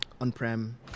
on-prem